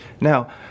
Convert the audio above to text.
Now